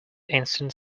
instant